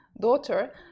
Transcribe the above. daughter